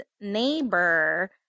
neighbor